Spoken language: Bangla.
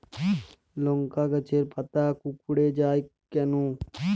লংকা গাছের পাতা কুকড়ে যায় কেনো?